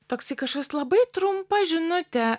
toksai kažkoks labai trumpa žinutė